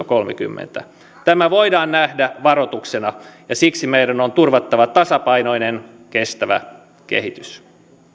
kolmekymmentä tämä voidaan nähdä varoituksena ja siksi meidän on turvattava tasapainoinen kestävä kehitys